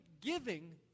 giving